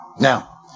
Now